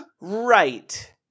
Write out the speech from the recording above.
Right